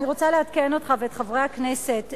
אני רוצה לעדכן אותו ואת חברי הכנסת: